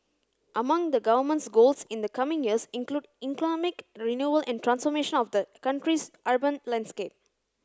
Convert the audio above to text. among the Government's goals in the coming years include economic renewal and transformation of the country's urban landscape